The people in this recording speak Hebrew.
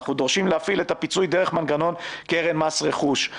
אנחנו דורשים להפעיל את הפיצוי דרך מנגנון קרן מס רכוש.